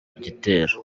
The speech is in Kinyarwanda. gitero